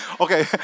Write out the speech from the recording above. Okay